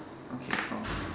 okay count